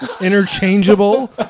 interchangeable